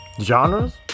genres